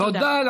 תודה.